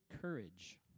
courage